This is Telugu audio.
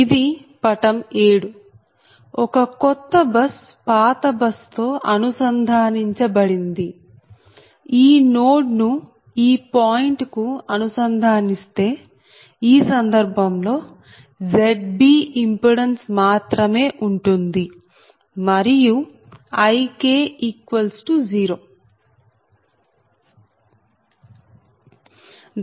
ఇది పటం 7 ఒక కొత్త బస్ పాత బస్ తో అనుసంధానించబడింది ఈ నోడ్ ను ఈ పాయింట్ కు అనుసంధానిస్తే ఈ సందర్భంలో Zb ఇంపిడెన్స్ మాత్రమే ఉంటుంది మరియు Ik0